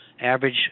average